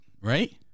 right